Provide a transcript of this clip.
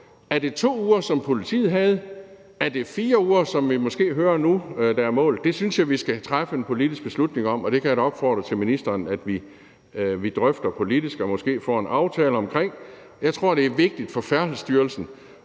Er det 2 uger, som var det, politiet havde? Er det måske 4 uger, som vi nu hører er målet? Det synes jeg vi skal træffe en politisk beslutning om, og jeg kan da opfordre ministeren til, at vi drøfter det politisk med henblik på måske at få en aftale. Jeg tror, det er vigtigt for Færdselsstyrelsen,